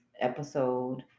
episode